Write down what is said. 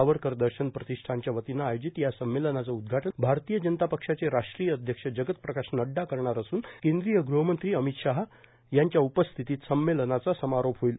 सावरकर दर्शन प्रतिष्ठानच्या वतीनं आयोजित या संमेलनाचं उदधघाटन भारतीय जनता पक्षाचे राष्ट्रीय अध्यक्ष जगत प्रकाश नडुडा करणार असून केंद्रीय गृहमंत्री अमित शहा यांच्या उपस्थितीत संमेलनाचा समारोप होईल